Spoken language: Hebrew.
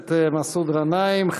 הכנסת מסעוד גנאים.